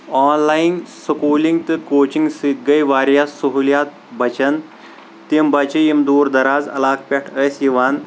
آن line schooling تہٕ coaching سۭتۍ گے واریاہ سہولیات بچن تِم بچہٕ یِم دوٗر دراز علاقہٕ پٮ۪ٹھ ٲسۍ یِوان